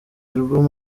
album